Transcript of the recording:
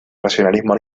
racionalismo